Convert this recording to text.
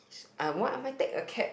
uh why I might take a cab